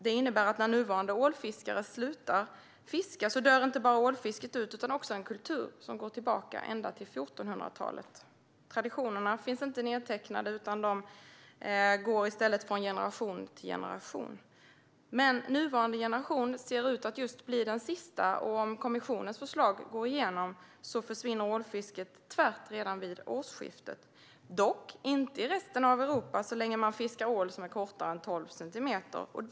Det innebär att när nuvarande ålfiskare slutar fiska dör inte bara ålfisket ut utan också en kultur som går tillbaka ända till 1400-talet. Traditionerna finns inte nedtecknade utan kunskaperna går i stället från generation till generation. Men nuvarande generation ser ut att bli den sista. Om kommissionens förslag går igenom försvinner ålfisket tvärt redan vid årsskiftet - dock inte i resten av Europa så länge man fiskar ål som är kortare än tolv centimeter.